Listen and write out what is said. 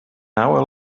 hour